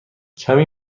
کمی